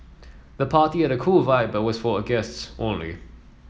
the party had a cool vibe but was for guests only